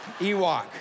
Ewok